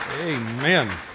Amen